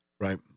right